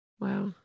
wow